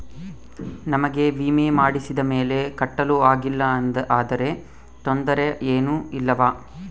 ನಮಗೆ ವಿಮೆ ಮಾಡಿಸಿದ ಮೇಲೆ ಕಟ್ಟಲು ಆಗಿಲ್ಲ ಆದರೆ ತೊಂದರೆ ಏನು ಇಲ್ಲವಾ?